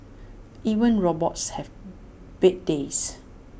even robots have bad days